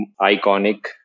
iconic